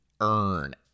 earn